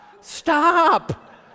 Stop